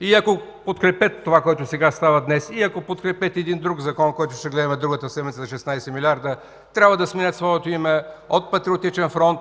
И ако подкрепят това, което става днес, ако подкрепят и един друг Законопроект, който ще гледаме другата седмица – за 16 милиарда, трябва да сменят своето име от Патриотичен фронт